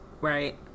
Right